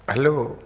hello